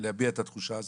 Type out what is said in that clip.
להביע את התחושה הזאת.